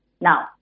Now